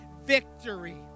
victory